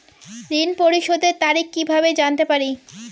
ঋণ পরিশোধের তারিখ কিভাবে জানতে পারি?